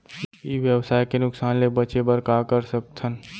ई व्यवसाय के नुक़सान ले बचे बर का कर सकथन?